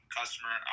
customer